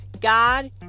God